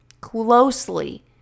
closely